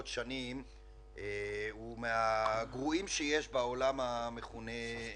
שנים מהגרועים שיש בעולם המכונה מפותח.